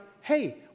hey